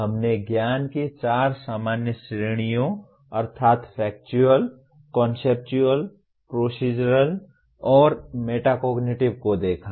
हमने ज्ञान की चार सामान्य श्रेणियों अर्थात् फैक्चुअल कॉन्सेप्चुअल प्रोसीज़रल और मेटाकोग्निटिव को देखा